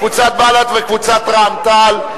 קבוצת בל"ד וקבוצת רע"ם-תע"ל,